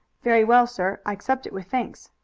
very well, sir i accept it with thanks.